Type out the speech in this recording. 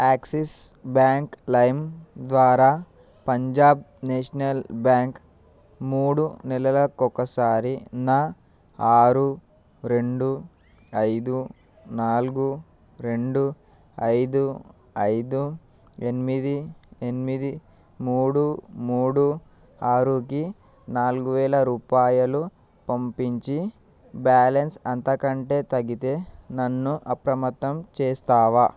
axis bank లైమ్ ద్వారా Punjab national bank మూడు నెలలకోకసారి నా ఆరు రెండు ఐదు నాలుగు రెండు ఐదు ఐదు ఎనిమిది ఎనిమిది మూడు మూడు ఆరుకి నాలుగు వేల రూపాయలు పంపించి బ్యాలన్స్ అంతకంటే తగ్గితే నన్ను అప్రమత్తం చేస్తావా